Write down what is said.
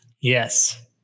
Yes